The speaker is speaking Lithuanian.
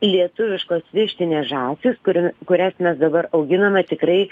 lietuviškos vištinės žąsys kur kurias mes dabar auginame tikrai